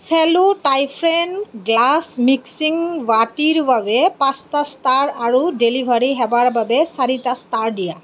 চেলো টাইফ্ৰেণ্ড glass mixing বাটিৰ বাবে পাঁচটা ষ্টাৰ আৰু ডেলিভাৰী সেৱাৰ বাবে চাৰিটা ষ্টাৰ দিয়া